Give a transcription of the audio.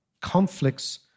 conflicts